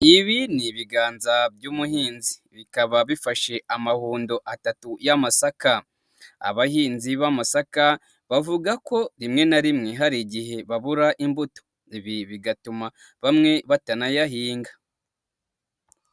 Ibi ni ibiganza by'umuhinzi, bikaba bifashe amahundo atatu y'amasaka, abahinzi b'amasaka bavuga ko rimwe na rimwe, hari igihe babura imbuto, ibi bigatuma bamwe batanayahinga.